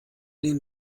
den